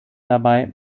dabei